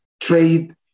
trade